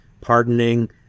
pardoning